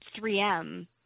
3M